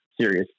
serious